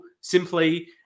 simply